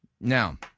Now